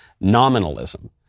nominalism